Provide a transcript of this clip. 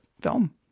film